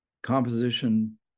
composition